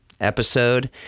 episode